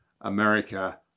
America